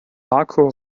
marco